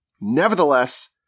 nevertheless